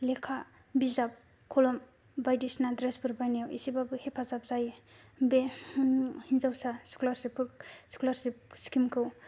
लेखा बिजाब कलम बायदिसिना द्रेसफोर बायनायआव एसेबाबो हेफाजाब जायो बे हिन्जावसा स्क'लारशिप स्किमखौ